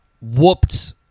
whooped